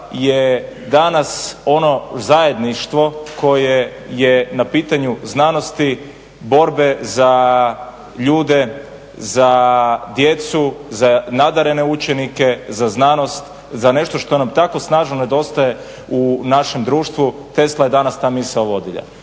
je danas ono zajedništvo koje je na pitanju znanosti, borbe za ljude, za djecu, za nadarene učenike, za znanost, za nešto što nam tako snažno nedostaje u našem društvu, Tesla je danas ta misao vodilja.